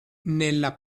nella